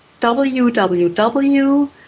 www